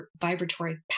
vibratory